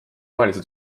rohelise